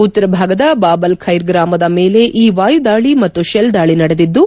ಉತ್ತರಭಾಗದ Bab al Khair ಗ್ರಾಮದ ಮೇಲೆ ಈ ವಾಯುದಾಳಿ ಮತ್ತು ಶೆಲ್ ದಾಳಿ ನಡೆದಿದ್ದು